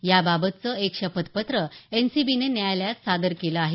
याबाबतचं एक शपथपत्र एनसीबीने न्यायालयात सादर केलं आहे